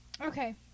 Okay